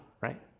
right